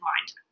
mind